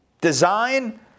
design